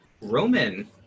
Roman